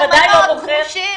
הנושאים מאוד חשובים.